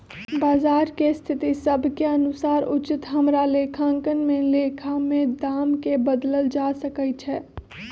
बजार के स्थिति सभ के अनुसार उचित हमरा लेखांकन में लेखा में दाम् के बदलल जा सकइ छै